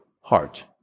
heart